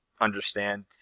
understand